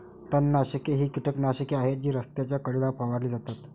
तणनाशके ही कीटकनाशके आहेत जी रस्त्याच्या कडेला फवारली जातात